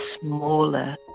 smaller